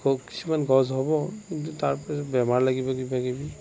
কিছুমান গছ হ'ব কিন্তু তাৰপিছত বেমাৰ লাগিব কিবাকিবি